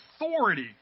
authority